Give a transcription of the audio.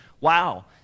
wow